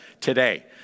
today